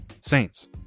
Saints